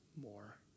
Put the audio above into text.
more